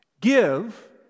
Give